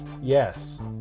Yes